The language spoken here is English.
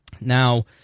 Now